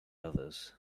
others